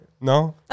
No